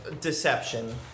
Deception